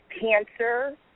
cancer